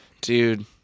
Dude